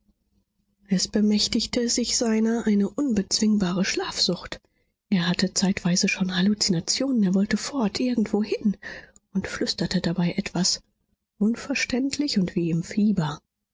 es bemächtigte sich seiner eine unbezwingbare schlafsucht er hatte zeitweise schon halluzinationen er wollte fort irgendwohin und flüsterte dabei etwas unverständlich und wie im fieber